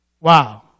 Wow